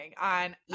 on